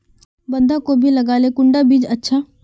बंधाकोबी लगाले कुंडा बीज अच्छा?